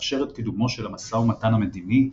שתאפשר את קידומו של המשא ומתן המדיני,